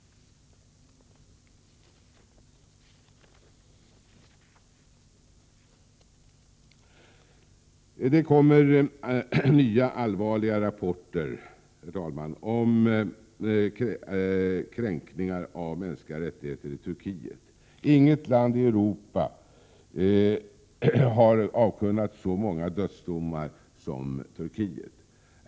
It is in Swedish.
Det kommer, herr talman, nya allvarliga rapporter om kränkningar av de mänskliga rättigheterna i Turkiet. I inget annat land i Europa har man avkunnat så många dödsdomar som i Turkiet.